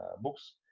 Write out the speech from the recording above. books